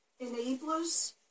enablers